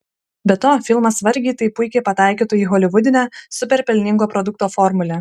be to filmas vargiai taip puikiai pataikytų į holivudinę super pelningo produkto formulę